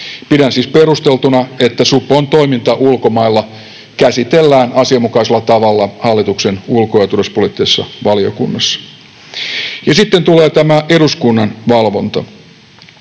Pidän siis perusteltuna, että supon toiminta ulkomailla käsitellään asianmukaisella tavalla hallituksen ulko- ja turvallisuuspoliittisessa valiokunnassa. Ja sitten tulee tämä eduskunnan valvonta.